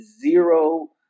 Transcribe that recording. zero